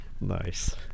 Nice